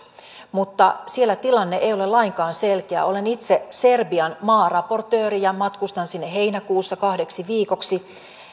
siellä tilanne ei ole lainkaan selkeä olen itse serbian maaraportööri ja matkustan sinne heinäkuussa kahdeksi viikoksi